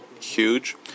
huge